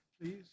please